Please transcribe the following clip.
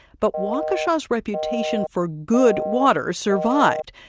but waukesha's reputation for good water survived,